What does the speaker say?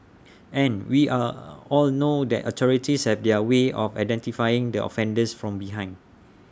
and we are all know that authorities have their way of identifying the offender from behind